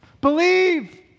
believe